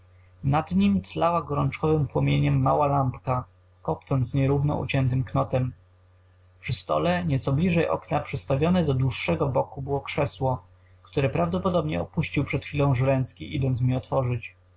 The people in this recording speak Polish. na nim tlała gorączkowym płomieniem mała lampka kopcąc nierówno uciętym knotem przy stole nieco bliżej okna przystawione do dłuższego boku było krzesło które prawdopodobnie opuścił przed chwilą żręcki idąc mi otworzyć